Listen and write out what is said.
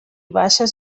baixes